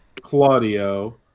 Claudio